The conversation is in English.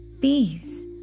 peace